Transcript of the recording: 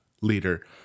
leader